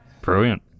Brilliant